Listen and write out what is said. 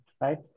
right